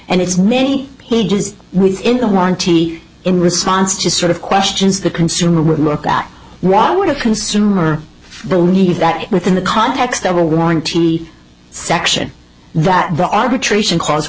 and it's many pages within the warranty in response to sort of questions the consumer would look at why would a consumer believe that within the context of a warranty section that the arbitration clause